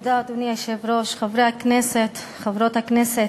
אדוני היושב-ראש, תודה, חברי הכנסת, חברות הכנסת,